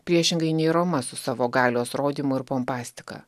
priešingai nei roma su savo galios rodymu ir pompastika